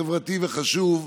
חברתי וחשוב,